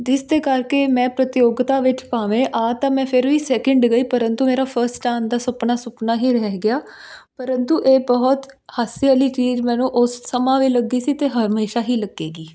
ਜਿਸਦੇ ਕਰਕੇ ਮੈਂ ਪ੍ਰਤਿਯੋਗਤਾ ਵਿੱਚ ਭਾਵੇਂ ਆ ਤਾਂ ਮੈਂ ਫਿਰ ਵੀ ਸੈਕਿੰਡ ਗਈ ਪਰੰਤੂ ਮੇਰਾ ਫਰਸਟ ਆਉਣ ਦਾ ਸੁਪਨਾ ਸੁਪਨਾ ਹੀ ਰਹਿ ਗਿਆ ਪਰੰਤੂ ਇਹ ਬਹੁਤ ਹਾਸੇ ਵਾਲੀ ਚੀਜ਼ ਮੈਨੂੰ ਉਸ ਸਮਾਂ ਵੀ ਲੱਗੀ ਸੀ ਅਤੇ ਹਮੇਸ਼ਾ ਹੀ ਲੱਗੇਗੀ